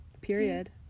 period